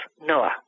Noah